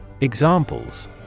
Examples